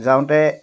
যাওঁতে